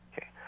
Okay